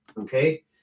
okay